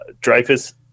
Dreyfus